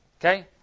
okay